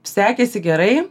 sekėsi gerai